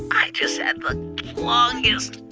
i just had the longest,